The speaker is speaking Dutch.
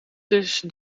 tussen